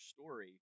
story